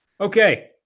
Okay